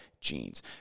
genes